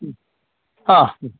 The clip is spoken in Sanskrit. हा